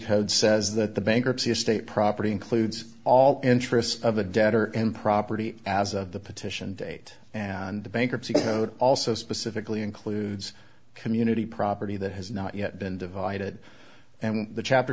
code says that the bankruptcy estate property includes all the interest of the debtor and property as of the petition date and the bankruptcy code also specifically includes community property that has not yet been divided and the chapter